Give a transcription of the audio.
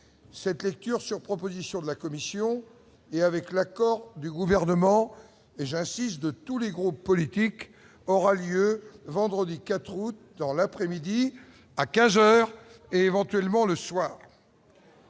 cette lecture sur proposition de la Commission et avec l'accord du gouvernement et j'6 de tous les groupes politiques aura lieu vendredi 4 août dans l'après-midi à 15 heures et éventuellement le soir.